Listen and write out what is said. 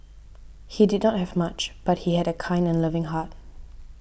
he did not have much but he had a kind and loving heart